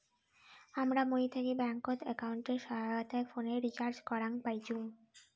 হামরা মুই থাকি ব্যাঙ্কত একাউন্টের সহায়তায় ফোনের রিচার্জ করাং পাইচুঙ